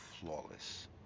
flawless